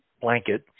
blanket